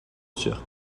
turcs